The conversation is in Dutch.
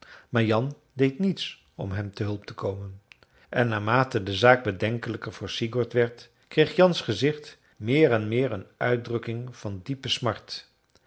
maar jan deed niets om hem te hulp te komen en naarmate de zaak bedenkelijker voor sigurd werd kreeg jans gezicht meer en meer een uitdrukking van diepe smart